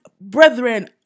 brethren